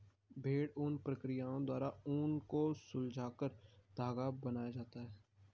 भेड़ ऊन प्रक्रिया द्वारा ऊन को सुलझाकर धागा बनाया जाता है